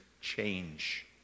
change